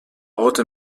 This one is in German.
orte